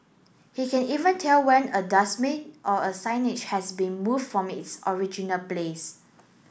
he can even tell when a dustbin or a signage has been moved from its original place